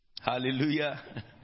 Hallelujah